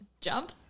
Jump